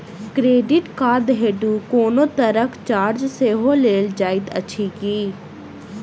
Credit card हेतु कोनो तरहक चार्ज सेहो लेल जाइत अछि की?